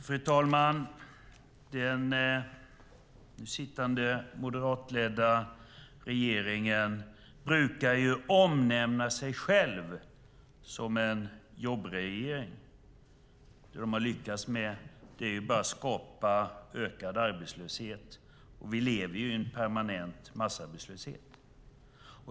Herr talman! Den sittande moderatledda regeringen brukar benämna sig själv en jobbregering. Det de har lyckats med är bara att skapa ökad arbetslöshet. Vi lever i en permanent massarbetslöshet.